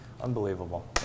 Unbelievable